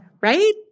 right